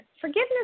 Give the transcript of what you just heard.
forgiveness